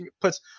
puts